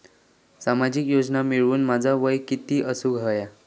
सामाजिक योजना मिळवूक माझा वय किती असूक व्हया?